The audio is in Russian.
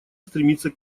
стремиться